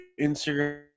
Instagram